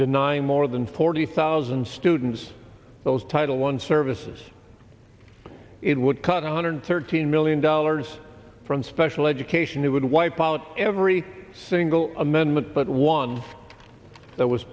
denying more than forty thousand students those title one services it would cut one hundred thirteen million dollars from special education it would wipe out every single amendment but one that was